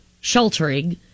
sheltering